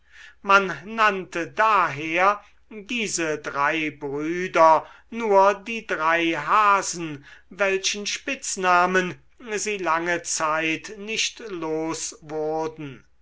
man nannte daher diese drei brüder nur die drei hasen welchen spitznamen sie lange zeit nicht los wurden